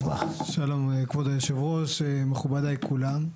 שלום כבוד היו"ר, מכובדיי כולם.